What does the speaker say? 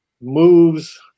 moves –